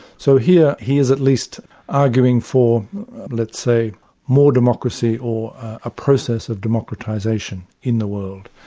so here, he is at least arguing for let's say more democracy, or a process of democratisation in the world.